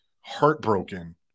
heartbroken